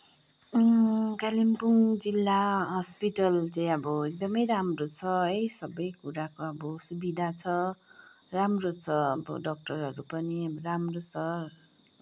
कालिम्पोङ्ग जिल्ला हस्पिटल चाहिँ अब एकदमै राम्रो छ है सबै कुराको अब सुविधा छ राम्रो छ अब डक्टरहरू पनि राम्रो छ